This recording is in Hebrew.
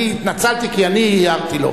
אני התנצלתי כי אני הערתי לו.